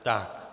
Tak.